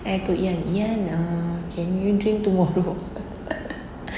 and I told iyan iyan err can you drink tomorrow